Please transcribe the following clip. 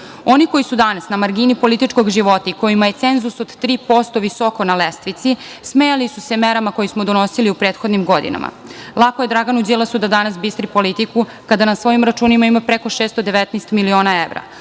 koji su danas na margini političkog života i kojima je cenzus od 3% visoko na lestvici, smejali su se merama koje smo donosili u prethodnim godinama. Lako je Draganu Đilasu da danas bistri politiku kada na svojim računima ima preko 619 miliona evra.